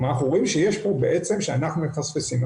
כלומר אנחנו רואים שיש פה בעצם שאנחנו מפספסים,